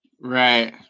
Right